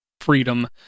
freedom